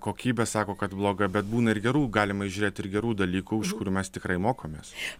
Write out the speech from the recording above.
kokybė sako kad bloga bet būna ir gerų galima įžiūrėt ir gerų dalykų iš kur mes tikrai mokamės